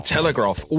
Telegraph